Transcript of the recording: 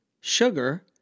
sugar